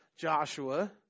Joshua